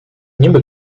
niby